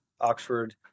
Oxford